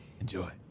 Enjoy